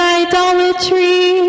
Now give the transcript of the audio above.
idolatry